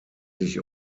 sich